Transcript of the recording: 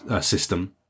system